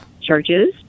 churches